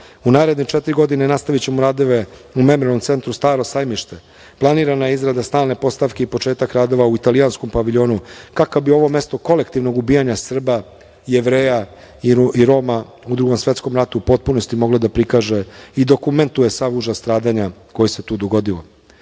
naredne četiri godine nastavićemo radove u Memorijalnom centru Staro sajmište. Planirana je izrada stalne postavke i početak radova u Italijanskom paviljonu kako bi ovo mesto kolektivnog ubijanja Srba, Jevreja i Roma u Drugom svetskom ratu u potpunosti moglo da prikaže i dokumentuje sav užas stradanja koji se tu dogodio.O